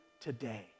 today